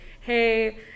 hey